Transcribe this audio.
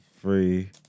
Three